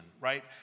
right